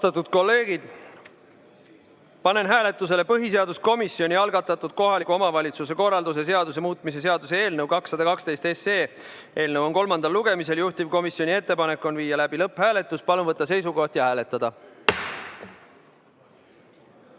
Austatud kolleegid, panen hääletusele põhiseaduskomisjoni algatatud kohaliku omavalitsuse korralduse seaduse muutmise seaduse eelnõu 212. Eelnõu on kolmandal lugemisel, juhtivkomisjoni ettepanek on viia läbi lõpphääletus. Palun võtta seisukoht ja hääletada!